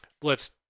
blitz